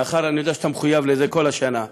מאחר שאני יודע שאתה מחויב לזה כל השנה,